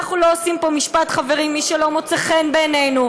אנחנו לא עושים פה משפט חברים למי שלא מוצא חן בעינינו,